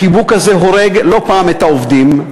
החיבוק הזה הורג לא פעם את העובדים.